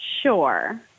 sure